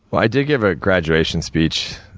but i did give a graduation speech,